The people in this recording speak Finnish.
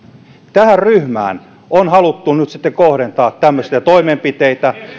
tähän ryhmään on haluttu nyt sitten kohdentaa tämmöisiä toimenpiteitä